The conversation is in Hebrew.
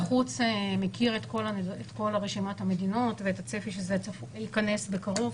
משרד החוץ מכיר את כל רשימת המדינות ואת הצפי שזה צפוי להיכנס בקרוב,